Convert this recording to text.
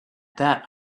that